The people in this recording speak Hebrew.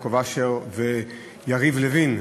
יעקב אשר ויריב לוין,